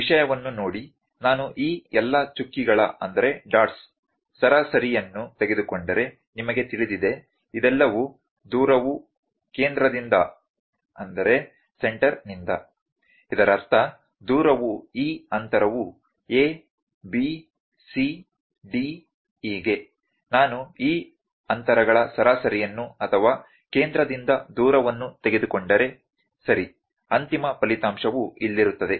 ವಿಷಯವನ್ನು ನೋಡಿ ನಾನು ಈ ಎಲ್ಲಾ ಚುಕ್ಕೆಗಳ ಸರಾಸರಿಯನ್ನು ತೆಗೆದುಕೊಂಡರೆ ನಿಮಗೆ ತಿಳಿದಿದೆ ಇದೆಲ್ಲವೂ ಉಲ್ಲೇಖ ಸಮಯ 0300 ದೂರವು ಕೇಂದ್ರದಿಂದ ಇದರರ್ಥ ದೂರವು ಈ ಅಂತರವು a b c d ಹೀಗೆ ನಾನು ಈ ಅಂತರಗಳ ಸರಾಸರಿಯನ್ನು ಅಥವಾ ಕೇಂದ್ರದಿಂದ ದೂರವನ್ನು ತೆಗೆದುಕೊಂಡರೆ ಸರಿ ಅಂತಿಮ ಫಲಿತಾಂಶವು ಇಲ್ಲಿರುತ್ತದೆ